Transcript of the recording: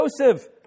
Joseph